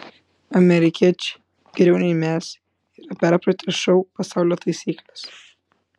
amerikiečiai geriau nei mes yra perpratę šou pasaulio taisykles